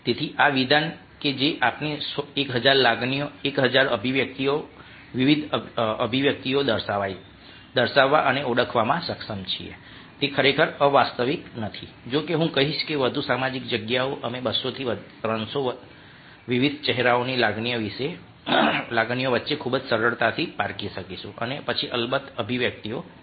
તેથી આ વિધાન કે જે આપણે 1000 લાગણીઓ 1000 અભિવ્યક્તિઓ વિવિધ અભિવ્યક્તિઓ દર્શાવવા અને ઓળખવામાં સક્ષમ છીએ તે ખરેખર અવાસ્તવિક નથી જો કે હું કહીશ કે વધુ સામાજિક જગ્યાઓ અમે 200 થી 300 વિવિધ ચહેરાની લાગણીઓ વચ્ચે ખૂબ જ સરળતાથી પારખી શકીશું અને પછી અલબત્ત અભિવ્યક્તિઓ છે